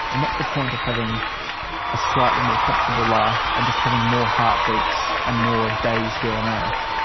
and what's the point of having a slightly more comfortable life and just having more heart beats and more days here on earth,